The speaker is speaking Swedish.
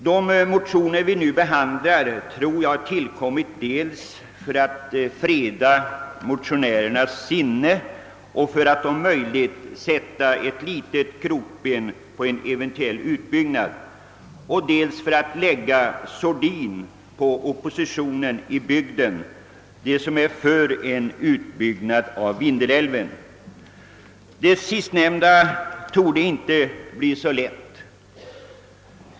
De motioner som behandlas i utlåtandet tror jag har tillkommit dels för att freda motionärernas sinne och för att om möjligt sätta krokben för en eventuell utbyggnad, dels för att lägga sordin på den opposition i bygden som drivs av dem som är för en utbyggnad av Vindelälven. Detta sistnämnda torde inte bli så lätt.